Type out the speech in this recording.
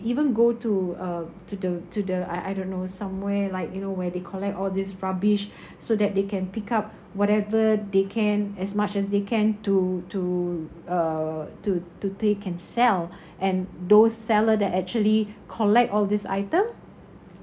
even go to uh to the to the I I don't know somewhere like you know where they collect all this rubbish so that they can pick up whatever they can as much as they can to to uh to to take and sell and those seller that actually collect all this item